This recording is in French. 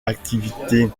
activité